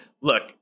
Look